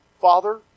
Father